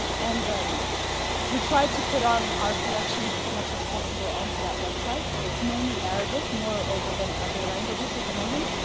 and um we try to put on our collections as much as possible onto that website. it's mainly arabic, more over than other languages at the moment.